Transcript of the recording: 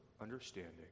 understanding